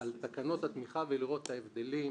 תקנות התמיכה ולראות את ההבדלים,